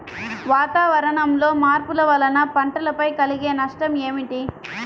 వాతావరణంలో మార్పుల వలన పంటలపై కలిగే నష్టం ఏమిటీ?